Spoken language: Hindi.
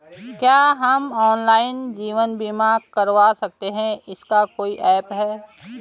क्या हम ऑनलाइन जीवन बीमा करवा सकते हैं इसका कोई ऐप है?